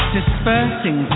Dispersing